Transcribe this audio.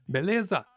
Beleza